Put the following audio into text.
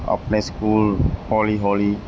ਆਪਣੇ ਸਕੂਲ ਹੌਲੀ ਹੌਲੀ